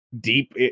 Deep